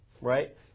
right